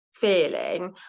feeling